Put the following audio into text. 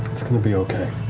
it's going to be okay.